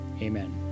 Amen